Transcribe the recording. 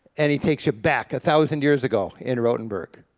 and he takes you back a thousand years ago in rothenburg.